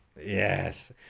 Yes